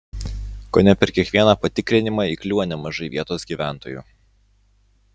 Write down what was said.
kone per kiekvieną patikrinimą įkliūva nemažai vietos gyventojų